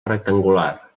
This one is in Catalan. rectangular